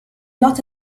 not